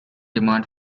demand